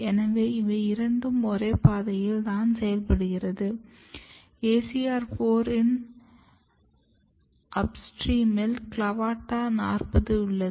எனவே இவை இரண்டு ஒரே பாதையில் தான் செயல்படுகிறது ACR 4 இன் அப்ஸ்ட்ரீமில் CLAVATA 40 உள்ளது